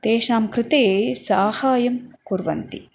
तेषां कृते साहाय्यं कुर्वन्ति